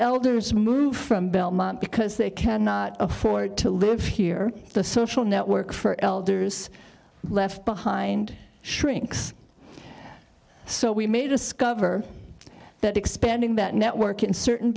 elders move from belmont because they cannot afford to live here the social network for elders left behind shrinks so we may discover that expanding that network in certain